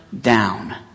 Down